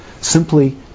simply